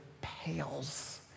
pales